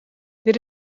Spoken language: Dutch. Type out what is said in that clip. dit